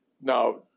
Now